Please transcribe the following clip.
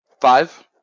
five